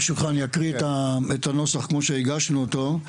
ברשותך, אני אקריא את הנוסח כמו שהגשנו אותו.